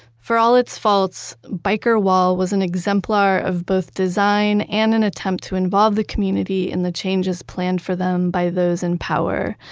for all its faults, byker wall was an exemplar of both design and an attempt to involve the community in the changes planned for them by those in power.